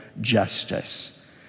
justice